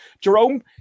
Jerome